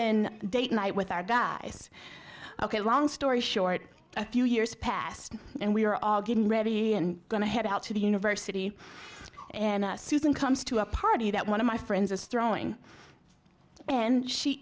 then date night with our guys ok long story short a few years passed and we are all getting ready and going to head out to the university and susan comes to a party that one of my friends is throwing and she